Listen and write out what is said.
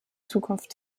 zukunft